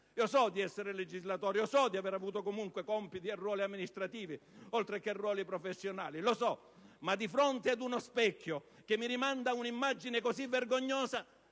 Io so di essere legislatore, di aver avuto compiti e ruoli amministrativi, oltre che professionali, ma di fronte ad uno specchio che mi rimanda un'immagine così vergognosa,